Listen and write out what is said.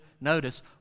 notice